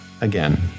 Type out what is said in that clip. again